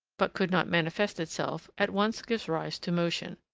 but could not manifest itself, at once gives rise to motion.